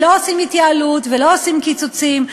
לא עושים התייעלות ולא עושים קיצוצים.